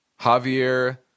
Javier